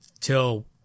till